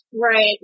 right